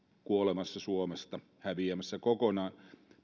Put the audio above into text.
kuolemassa suomesta häviämässä kokonaan